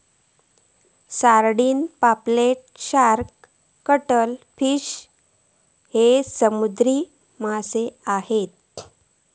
sardine, पापलेट, shark, cuttlefish हयते समुद्री माशे हत